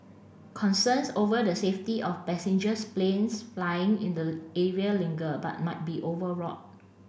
concerns over the safety of passengers planes flying in the area linger but might be overwrought